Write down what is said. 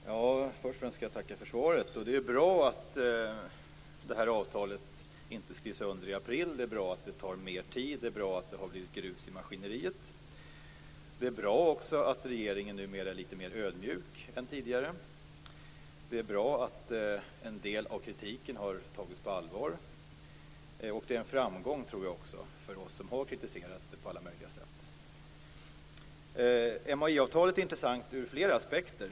Herr talman! Först och främst vill jag tacka för svaret. Det är bra att det här avtalet inte skrivs under i april. Det är bra att det tar mer tid. Det är bra att det har blivit grus i maskineriet. Det är också bra att regeringen nu är litet mer ödmjuk än tidigare. Det är bra att en del av kritiken har tagits på allvar. Det är också en framgång för oss som har kritiserat avtalet på alla möjliga sätt. MAI-avtalet är intressant ur flera aspekter.